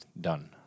done